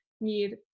need